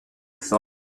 thought